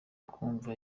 kumva